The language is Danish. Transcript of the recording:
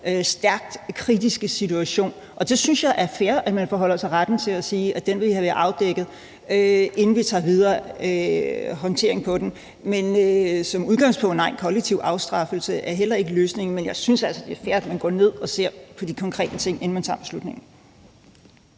stærkt kritiske situation. Og der synes jeg, det er fair, at man forbeholder sig retten til at sige, at den vil vi have afdækket, inden vi tager stilling til videre håndtering af den. Men som udgangspunkt vil jeg sige: Nej, kollektiv afstraffelse er heller ikke løsningen, men jeg synes altså, det er fair, at man går ned og ser på de konkrete ting, inden man tager beslutningen.